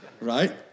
Right